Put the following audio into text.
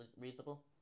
reasonable